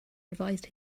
revised